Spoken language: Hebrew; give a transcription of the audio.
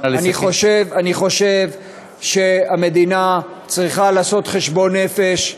אני חושב שהמדינה צריכה לעשות חשבון נפש.